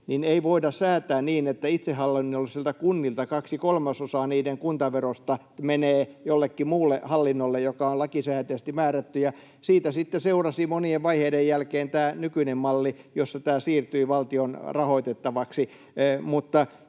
niin ei voida säätää niin, että itsehallinnollisilta kunnilta kaksi kolmasosaa niiden kuntaverosta menee jollekin muulle hallinnolle, joka on lakisääteisesti määrätty. Siitä sitten seurasi monien vaiheiden jälkeen tämä nykyinen malli, jossa tämä siirtyi valtion rahoitettavaksi.